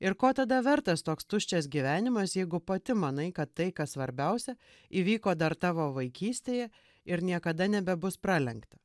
ir ko tada vertas toks tuščias gyvenimas jeigu pati manai kad tai kas svarbiausia įvyko dar tavo vaikystėje ir niekada nebebus pralenkta